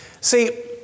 See